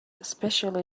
especially